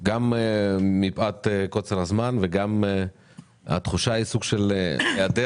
גם מפאת קוצר הזמן וגם התחושה היא של היעדר